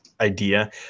idea